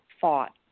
thought